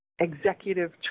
executive